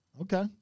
Okay